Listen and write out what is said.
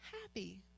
happy